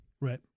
Right